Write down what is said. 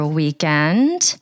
weekend